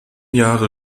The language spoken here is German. jahre